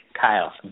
Kyle